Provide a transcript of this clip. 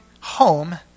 home